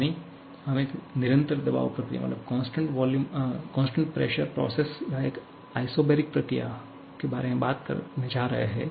यानी हम एक निरंतर दबाव प्रक्रिया या एक आइसोबैरिक प्रक्रिया के बारे में बात करने जा रहे हैं